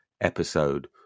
episode